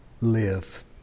live